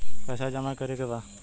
पैसा जमा करे के बा?